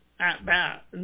at-bat